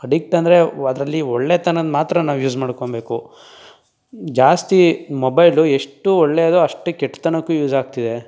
addict ಅಂದರೆ ವ್ ಅದರಲ್ಲಿ ಒಳ್ಳೆತನವನ್ನ ಮಾತ್ರ ನಾವು ಯೂಸ್ ಮಾಡ್ಕೊಳ್ಬೇಕು ಜಾಸ್ತಿ ಮೊಬೈಲು ಎಷ್ಟು ಒಳ್ಳೆಯದೋ ಅಷ್ಟೇ ಕೆಟ್ಟತನಕ್ಕೂ ಯೂಸಾಗ್ತಿದೆ